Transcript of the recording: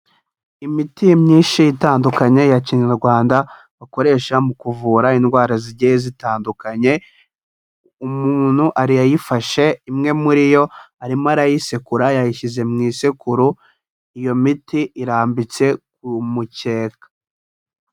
Imiti myinshi itandukanye ya kinyarwanda bakoresha mu kuvura indwara zigiye zitandukanye, umuntu arayifashe imwe muri yo arimo arayisekura yayishyize mu isekuru, iyo miti irambitse ku mukeka.